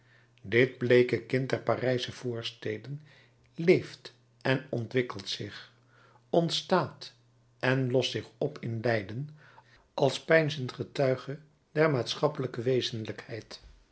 dit bleeke kind der parijsche voorsteden leeft en ontwikkelt zich ontstaat en lost zich op in lijden als peinzend getuige der maatschappelijke wezenlijkheid